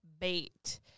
bait